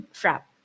frap